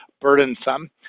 burdensome